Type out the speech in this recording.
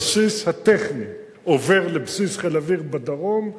הבסיס הטכני עובר לבסיס חיל האוויר בדרום,